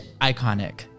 Iconic